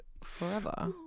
forever